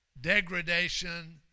degradation